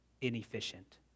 inefficient